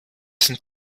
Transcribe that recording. sind